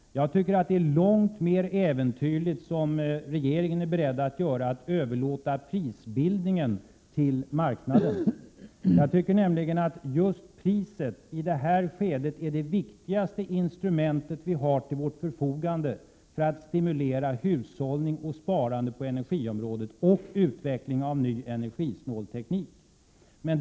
Jag tycker att det är långt mer äventyrligt att, som regeringen är beredd att göra, överlåta prisbildningen till marknaden. Jag tycker nämligen att just priset i det här skedet är det viktigaste instrumentet vi har till vårt förfogande för att stimulera hushållning och sparande på energiområdet och utveckling av ny energisnål teknik.